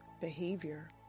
behavior